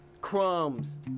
crumbs